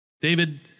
David